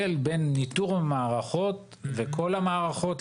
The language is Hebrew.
יש הבדל בין ניטור המערכות וכל המערכות,